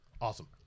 Awesome